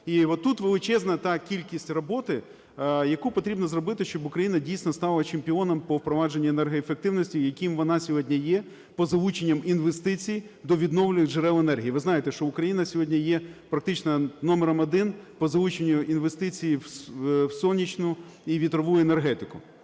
І тут величезна та кількість роботи потрібно зробити, щоб Україна дійсно стала чемпіоном по впровадженню енергоефективності, яким вона сьогодні є по залученням інвестицій до відновлювальних джерел енергії. Ви знаєте, що Україна сьогодні є практично номером один по залученню інвестицій в сонячну і вітрову енергетику.